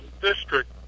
district